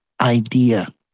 idea